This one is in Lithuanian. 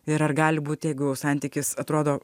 ir ar gali būt jeigu santykis atrodo